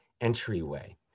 entryway